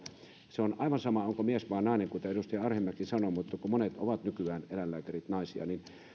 se on aivan sama onko mies vai nainen kuten edustaja arhinmäki sanoi mutta monet eläinlääkärit ovat nykyään naisia